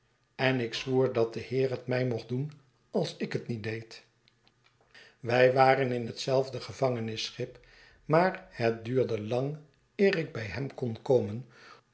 en ik zwoer dat de heer het mij mocht doen als ik het niet deed wij waren in hetzelfde gevangenisschip maar het duurde lang eer ik bij hem kon komen